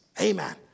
Amen